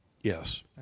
yes